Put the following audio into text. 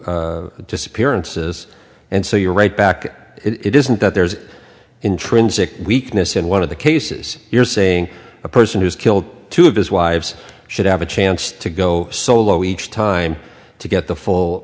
two disappearances and so you're right back it isn't that there is intrinsic weakness in one of the cases you're saying a person who's killed two of his wives should have a chance to go solo each time to get the full